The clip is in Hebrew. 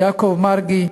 יעקב מרגי,